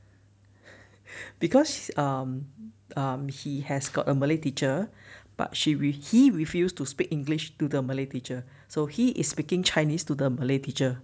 because um um he has got a malay teacher but she he refused to speak english to the malay teacher so he is speaking chinese to the malay teacher